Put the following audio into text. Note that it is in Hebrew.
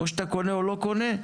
או שאתה קונה או לא קונה,